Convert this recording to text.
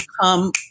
come